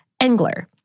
Engler